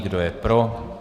Kdo je pro?